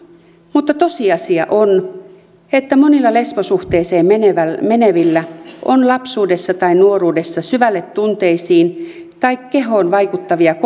mutta tosiasia on että monilla lesbosuhteeseen menevillä menevillä on lapsuudessa tai nuoruudessa syvälle tunteisiin tai kehoon vaikuttavia